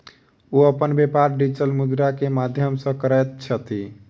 ओ अपन व्यापार डिजिटल मुद्रा के माध्यम सॅ करैत छथि